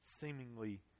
seemingly